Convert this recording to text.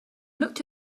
looked